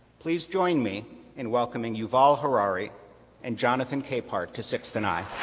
please join me in welcoming yuval harari and jonathan capehart to sixth and i.